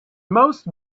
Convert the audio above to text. most